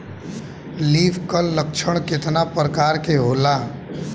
Leaf curl लक्षण केतना परकार के होला?